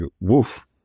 woof